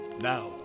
Now